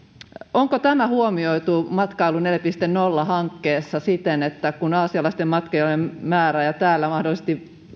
onko tämä huomioitu matkailu neljä piste nolla hankkeessa kun aasialaisten matkailijoiden määrä ja täällä mahdollisesti